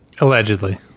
allegedly